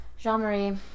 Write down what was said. Jean-Marie